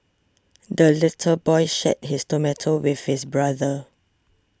the little boy shared his tomato with his brother